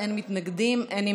נגיף הקורונה החדש (הוראת שעה) (תיקון מס' 3)